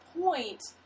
point